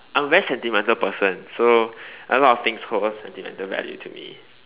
I'm a very sentimental person so a lot of things hold sentimental value to me